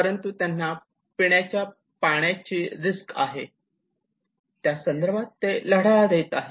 परंतु त्यांना पिण्याच्या पाण्याचे रिस्क आहे त्यासंदर्भात ते लढा देत आहे